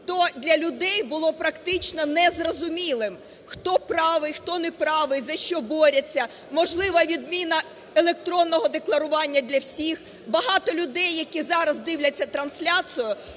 то для людей було практично незрозумілим, хто правий, хто неправий, за що борються, можлива відміна електронного декларування для всіх. Багато людей, які зараз дивляться трансляцію,